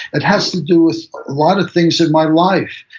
it has to do with a lot of things in my life,